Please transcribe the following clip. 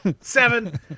Seven